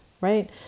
right